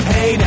Hey